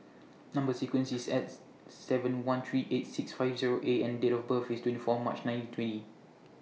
Number sequence IS S seven one three eight six five Zero A and Date of birth IS twenty four March nineteen twenty